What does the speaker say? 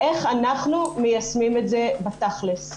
איך אנחנו מיישמים את זה בתכל'ס?